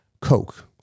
Coke